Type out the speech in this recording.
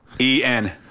E-N